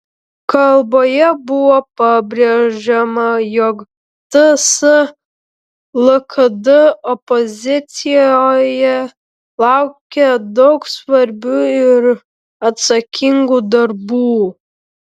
kalboje buvo pabrėžiama jog ts lkd opozicijoje laukia daug svarbių ir atsakingų darbų